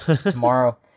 tomorrow